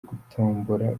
gutombora